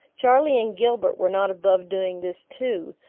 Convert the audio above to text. charlie and gilbert were not above doing this too,